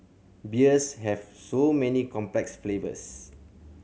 beers have so many complex flavours